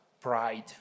pride